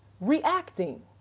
reacting